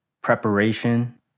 preparation